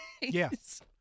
Yes